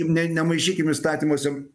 ne nemaišykime įstatymuose